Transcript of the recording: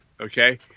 Okay